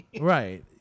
Right